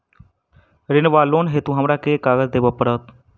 ऋण वा लोन हेतु हमरा केँ कागज देबै पड़त?